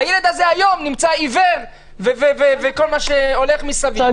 הילד הזה היום עיוור, עם כל מה שהולך מסביב.